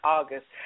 August